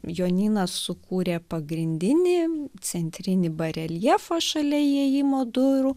jonynas sukūrė pagrindinį centrinį bareljefą šalia įėjimo durų